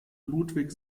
ludwig